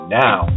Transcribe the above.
now